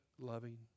loving